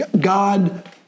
God